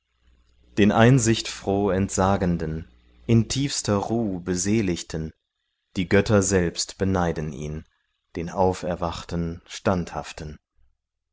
den einsichtfroh entsagenden in tiefster ruh beseligten die götter selbst beneiden ihn den auferwachten standhaften